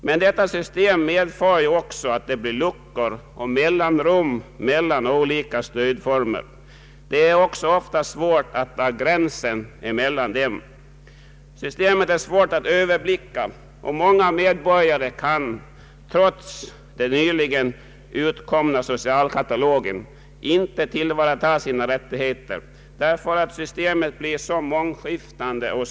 Men detta system medför också att det blir luckor och mellanrum mellan olika stödformer. Det är ofta svårt att dra gränserna mellan dem. Systemet är svårt att överblicka, t.o.m. för experter, och många medborgare kan — trots den nyligen utkomna socialkatalogen — inte tillvarata sina rättigheter därför att systemet blivit så mångskiftande.